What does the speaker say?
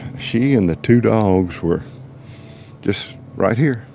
she and the two dogs were just right here.